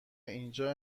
اینجا